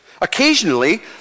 Occasionally